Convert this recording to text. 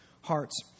hearts